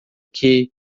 que